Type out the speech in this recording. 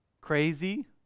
crazy